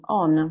on